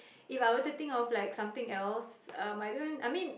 If I were to think of something else I mean